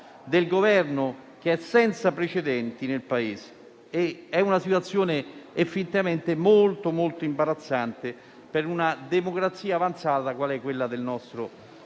del Governo che è senza precedenti nel Paese. È una situazione effettivamente molto imbarazzante per una democrazia avanzata qual è quella del nostro Paese.